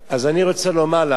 אז אני רוצה לומר לך